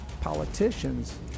Politicians